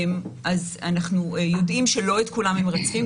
אנחנו יודעים שלא את כולם מרצפים,